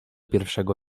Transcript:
pierwszego